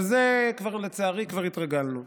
אבל לזה, לצערי, כבר התרגלנו.